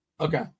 Okay